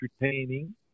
entertaining